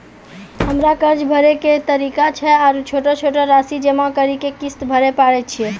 हमरा कर्ज भरे के की तरीका छै आरू छोटो छोटो रासि जमा करि के किस्त भरे पारे छियै?